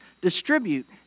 distribute